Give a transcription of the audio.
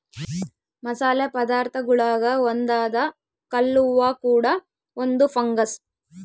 ಮಸಾಲೆ ಪದಾರ್ಥಗುಳಾಗ ಒಂದಾದ ಕಲ್ಲುವ್ವ ಕೂಡ ಒಂದು ಫಂಗಸ್